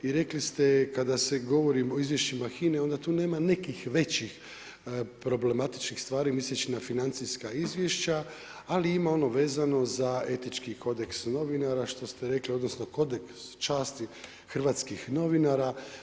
I rekli ste da kada se govori o izvješćima HINA-e onda tu nema nekih većih problematičnih stvari, misleći na financijska izvješća, ali ima ono vezano za etički kodeks novinara što ste rekli odnosno kodeks časti hrvatskih novinara.